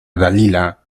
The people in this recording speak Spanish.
dalila